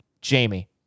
Jamie